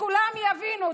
שכולם יבינו,